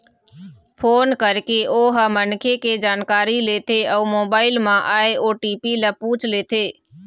phone करके ओ ह मनखे के जानकारी लेथे अउ मोबाईल म आए ओ.टी.पी ल पूछ लेथे